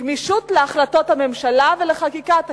גמישות להחלטות הממשלה ולחקיקת הכנסת.